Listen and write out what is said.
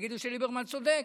יגידו שליברמן צודק.